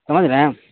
سمجھ رہے ہیں